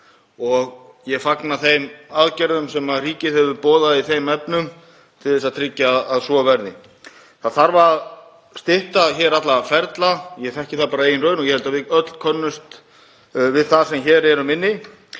Ég fagna þeim aðgerðum sem ríkið hefur boðað í þeim efnum til að tryggja að svo verði. Það þarf að stytta alla ferla — ég þekki það bara af eigin raun og ég held að við könnumst öll við það sem hér erum inni